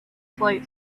flight